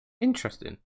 Interesting